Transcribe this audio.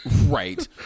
Right